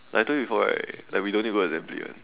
like I told you before right like we don't need to go assembly eh